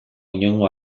inongo